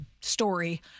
story